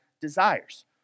desires